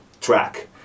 track